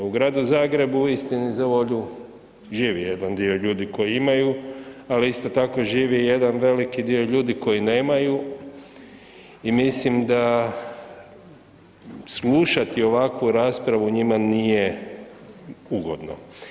U Gradu Zagrebu istini za volju živi jedan dio ljudi koji imaju, ali isto tako živi i jedan veliki dio ljudi koji nemaju i mislim da slušati ovakvu raspravu njima nije ugodno.